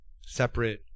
separate